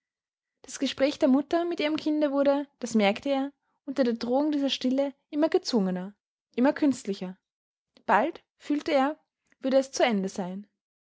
das gespräch der mutter mit ihrem kinde wurde das merkte er unter der drohung dieser stille immer gezwungener immer künstlicher bald fühlte er würde es zu ende sein